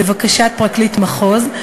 לבקשת פרקליט מחוז,